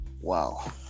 Wow